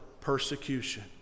persecution